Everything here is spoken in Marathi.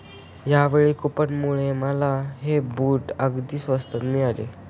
यावेळी कूपनमुळे मला हे बूट अगदी स्वस्तात मिळाले